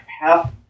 half